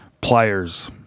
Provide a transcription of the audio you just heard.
pliers